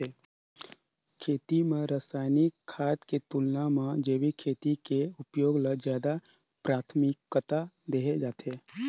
खेती म रसायनिक खाद के तुलना म जैविक खेती के उपयोग ल ज्यादा प्राथमिकता देहे जाथे